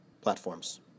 platforms